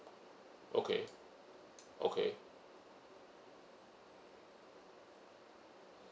okay okay